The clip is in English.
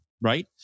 right